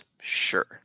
sure